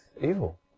evil